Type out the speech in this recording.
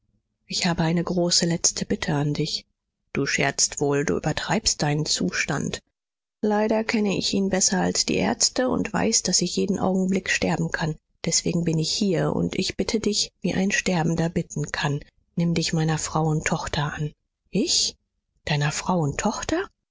ich habe eine große letzte bitte an dich du scherzest wohl du übertreibst deinen zustand leider kenne ich ihn besser als die ärzte und weiß daß ich jeden augenblick sterben kann deswegen bin ich hier und ich bitte dich wie ein sterbender bitten kann nimm dich meiner frau und tochter an ich deiner frau